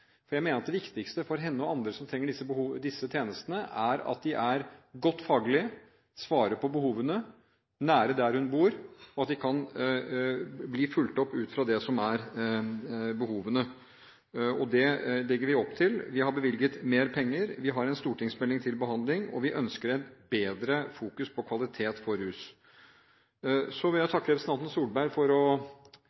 andre som trenger disse tjenestene, er et godt faglig nivå, at tjenestene svarer til behovene, at de finnes nær der de bor, og at de som behandles, kan bli fulgt opp ut fra sine behov. Det legger vi opp til: Vi har bevilget mer penger, vi har en stortingsmelding til behandling, og vi ønsker å fokusere mer på kvalitet i behandlingen av rusavhengighet. Jeg vil også takke representanten Solberg for å forklare at jeg